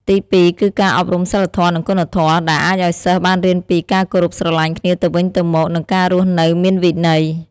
ទី២ គឺការអប់រំសីលធម៌និងគុណធម៌ ដែលអាចឲ្យសិស្សបានរៀនពីការគោរពស្រឡាញ់គ្នាទៅវិញទៅមកនិងការរស់នៅមានវិន័យ។